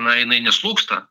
na jinai neslūgsta